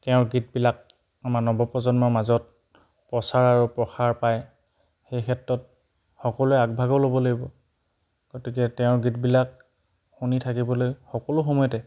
তেওঁৰ গীতবিলাক আমাৰ নৱপ্ৰজন্মৰ মাজত প্ৰচাৰ আৰু প্ৰসাৰ পায় সেই ক্ষেত্ৰত সকলোৱে আগভাগো ল'ব লাগিব গতিকে তেওঁৰ গীতবিলাক শুনি থাকিবলৈ সকলো সময়তে